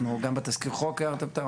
אנחנו, גם בתסקיר חוק הערתם אותה.